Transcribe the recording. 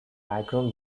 background